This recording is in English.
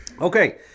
Okay